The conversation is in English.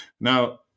Now